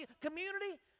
community